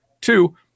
Two